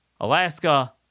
Alaska